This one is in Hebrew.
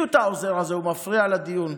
תוציאו את העוזר הזה, הוא מפריע לדיון.